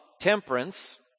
temperance